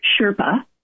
Sherpa